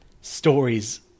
stories